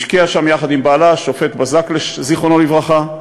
השקיעה שם, בעלה, שמואל בזק, זיכרונו לברכה.